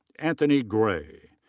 anthony gray.